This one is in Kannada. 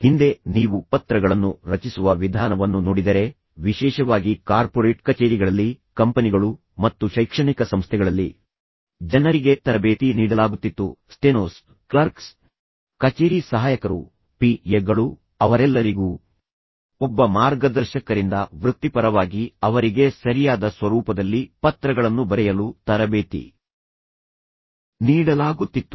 ಹಿಂದೆ ನೀವು ಪತ್ರಗಳನ್ನು ರಚಿಸುವ ವಿಧಾನವನ್ನು ನೋಡಿದರೆ ವಿಶೇಷವಾಗಿ ಕಾರ್ಪೊರೇಟ್ ಕಚೇರಿಗಳಲ್ಲಿ ಕಂಪನಿಗಳು ಮತ್ತು ಶೈಕ್ಷಣಿಕ ಸಂಸ್ಥೆಗಳಲ್ಲಿ ಜನರಿಗೆ ತರಬೇತಿ ನೀಡಲಾಗುತ್ತಿತ್ತು ಸ್ಟೆನೋಸ್ ಕ್ಲರ್ಕ್ಸ್ ಕಚೇರಿ ಸಹಾಯಕರು ಪಿ ಎ ಗಳು ಅವರೆಲ್ಲರಿಗೂ ಒಬ್ಬ ಮಾರ್ಗದರ್ಶಕರಿಂದ ವೃತ್ತಿಪರವಾಗಿ ಅವರಿಗೆ ಸರಿಯಾದ ಸ್ವರೂಪದಲ್ಲಿ ಪತ್ರಗಳನ್ನು ಬರೆಯಲು ತರಬೇತಿ ನೀಡಲಾಗುತ್ತಿತ್ತು